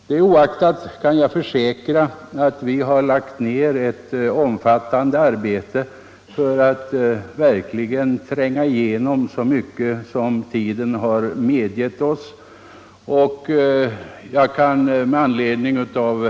Det oaktat kan jag försäkra att vi lagt ned ett omfattande arbete för att verkligen tränga igenom ärendet så långt tiden medgett.